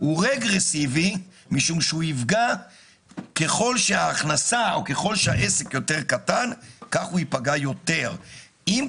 הוא רגרסיבי משום שככל שההכנסה או העסק יותר קטן כך הוא ייפגע יותר.